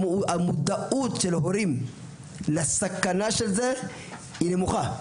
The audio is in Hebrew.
המודעות של ההורים לסכנה של זה היא נמוכה.